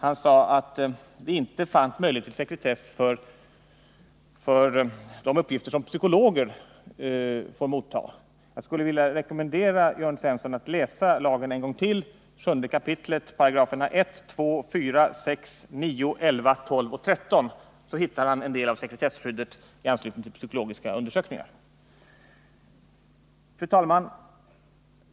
Han sade att det inte fanns möjlighet till sekretess för de uppgifter som psykologer får motta. Jag skulle vilja rekommendera Jörn Svensson att läsa lagen ytterligare en gång. I 7 kap. står att läsa en del om sekretesskyddet i anslutning till psykologiska undersökningar. Det återfinns i 1, 2, 4, 6, 9, 11, 12 och 13 §§. Fru talman!